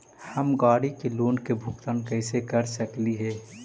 हम गाड़ी के लोन के भुगतान कैसे कर सकली हे?